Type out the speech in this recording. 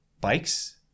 bikes